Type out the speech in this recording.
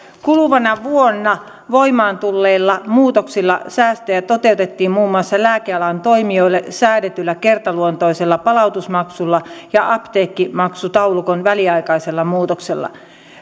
kuluvana vuonna voimaan tulleilla muutoksilla säästöjä toteutettiin muun muassa lääkealan toimijoille säädetyllä kertaluontoisella palautusmaksulla ja apteekkimaksutaulukon väliaikaisella muutoksella